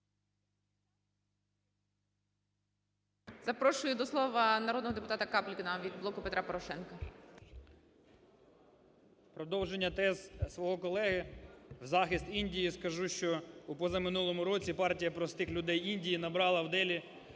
Запрошую до слова народного депутата Капліна від "Блоку Петра Порошенка". 13:08:32 КАПЛІН С.М. В продовження тез свого колеги, в захист Індії скажу, що в позаминулому році Партія простих людей Індії набрала в Делі